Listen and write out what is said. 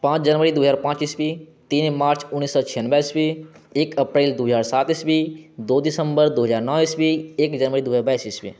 पाँच जनवरी दू हजार पाँच ईसवी तीन मार्च उन्नैस सए छियानबे ईसवी एक अप्रैल दू हजार सात ईसवी दू दिसम्बर दू हजार नओ ईसवी एक जनवरी दू हजार बाइस ईसवी